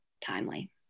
timely